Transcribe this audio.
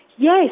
Yes